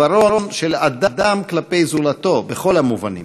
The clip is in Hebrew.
העיוורון של האדם כלפי זולתו בכל המובנים.